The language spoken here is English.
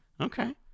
okay